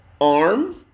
arm